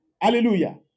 Hallelujah